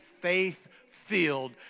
faith-filled